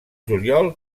juliol